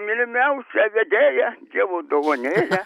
mylimiausią vedėją dievo dovanėlę